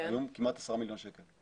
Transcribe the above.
11 מיליון שקל.